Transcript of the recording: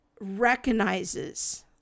recognizes